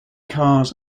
cars